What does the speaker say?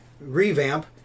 revamp